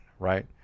right